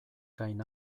gain